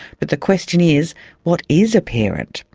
but the question is what is a parent?